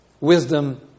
Wisdom